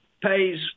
pays